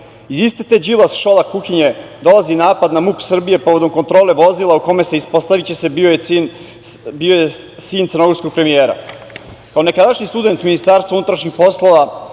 iste te, Đilas – Šolak kuhinje dolazi napad na MUP Srbije povodom kontrole vozila u kojima je, ispostaviće se, bio sin crnogorskog premijera. Kao nekadašnji student Ministarstva unutrašnjih poslova